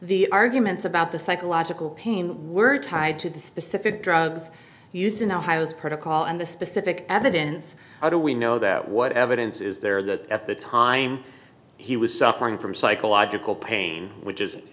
the arguments about the psychological pain were tied to the specific drugs used in ohio's protocol and the specific evidence how do we know that what evidence is there that at the time he was suffering from psychological pain which is